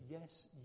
yes